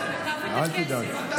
הוא תקף את הכסף.